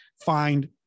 find